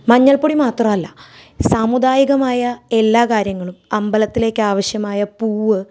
മഞ്ഞൾപ്പൊടി മാത്രല്ല സാമുദായികമായ എല്ലാകാര്യങ്ങളും അമ്പലത്തിലേക്ക് ആവശ്യമായ പൂവ്